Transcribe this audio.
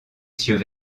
cieux